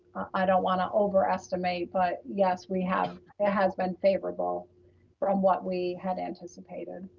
i don't want to overestimate, but yes, we have. it has been favorable from what we had anticipated.